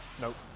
Nope